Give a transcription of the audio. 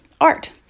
art